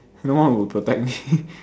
no one would protect me